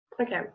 Okay